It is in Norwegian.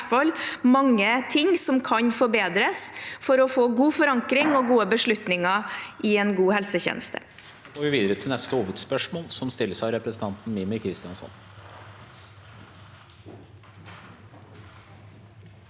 i hvert fall mange ting som kan forbedres for å få god forankring og gode beslutninger i en god helsetjeneste.